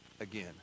again